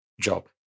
job